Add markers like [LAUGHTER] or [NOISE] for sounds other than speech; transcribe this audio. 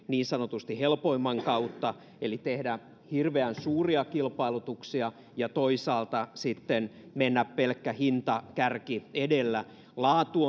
niin sanotusti helpoimman kautta eli ei tehdä hirveän suuria kilpailutuksia ja toisaalta sitten mennä pelkkä hintakärki edellä laatu [UNINTELLIGIBLE]